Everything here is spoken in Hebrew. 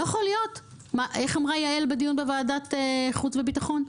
איך אמרה יעל בוועדת חוץ וביטחון?